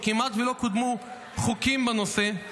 כשכמעט ולא קודמו חוקים בנושא,